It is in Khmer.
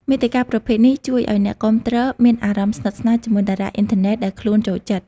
មាតិកាប្រភេទនេះជួយឱ្យអ្នកគាំទ្រមានអារម្មណ៍ស្និទ្ធស្នាលជាមួយតារាអុីនធឺណិតដែលខ្លួនចូលចិត្ត។